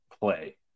play